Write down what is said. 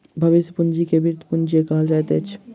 भविष्य पूंजी के वृति पूंजी कहल जाइत अछि